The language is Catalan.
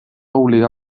obligar